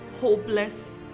hopeless